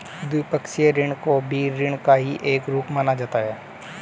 द्विपक्षीय ऋण को भी ऋण का ही एक रूप माना गया है